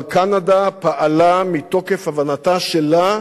אבל קנדה פעלה מתוקף הבנתה שלה,